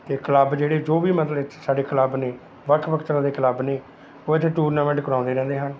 ਅਤੇ ਕਲੱਬ ਜਿਹੜੇ ਜੋ ਵੀ ਮਤਲਬ ਇੱਥੇ ਸਾਡੇ ਕਲੱਬ ਨੇ ਵੱਖ ਵੱਖ ਤਰ੍ਹਾਂ ਦੇ ਕਲੱਬ ਨੇ ਕੁਝ ਟੂਰਨਾਮੈਂਟ ਕਰਵਾਉਂਦੇ ਰਹਿੰਦੇ ਹਨ